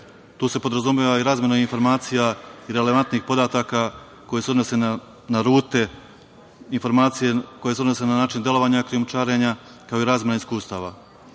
Tu se podrazumeva i razmena informacija i relevantnih podataka koje se odnose na rute, informacije koje se odnose na način delovanja krijumčarenja, kao i razmena iskustava.Za